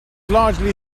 largely